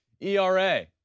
ERA